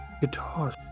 Guitar